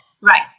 Right